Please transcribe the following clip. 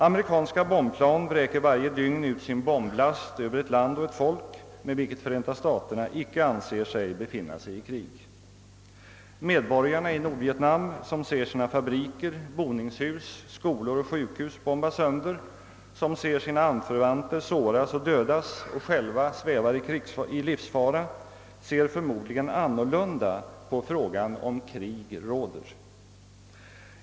Amerikanska bombplan vräker varje dygn ut sin bomblast över ett land och ett folk, med vilket Förenta staterna icke anser sig vara i krig. Medborgarna i Nordvietnam —- som ser sina fabriker, boningshus, skolor och sjukhus bombas sönder, som ser sina anförvanter såras och dödas och själva svävar i livsfara — har förmodligen en annan syn på frågan, om krig råder.